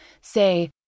Say